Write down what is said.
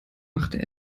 machte